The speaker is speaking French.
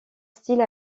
style